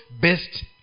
best